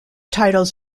titles